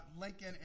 Lincoln